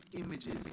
images